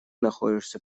находишься